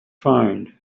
find